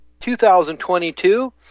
2022